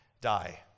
die